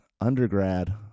undergrad